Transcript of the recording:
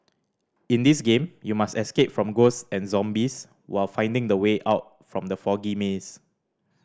in this game you must escape from ghost and zombies while finding the way out from the foggy maze